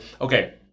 okay